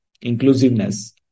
inclusiveness